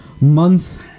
month